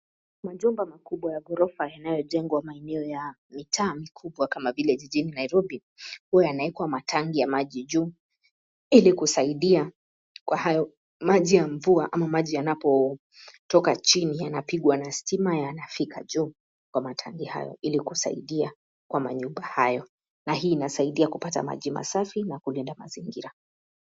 Majumba makubwa ya ghorofa yanayojengwa maeneo ya mitaa mikubwa kama vile jijini Nairobi, huwa yanawekwa matanki ya maji juu ilikusaidia kwa hayo maji ya mvua ama maji yanapotoka chini, yanapigwa na stima yanafika juu kwa matanki hayo ilikusaidia kwa manyumba hayo na hii inasaidia kupata maji masafi na kulinda mazingira.